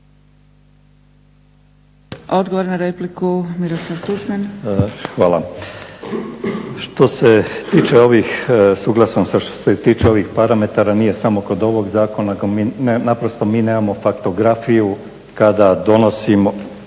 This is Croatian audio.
Tuđman. **Tuđman, Miroslav (HDZ)** Hvala. Što se tiče ovih suglasan sam što se tiče ovih parametara, nije samo kod ovog zakona nego mi naprosto nemamo faktografiju kada donosimo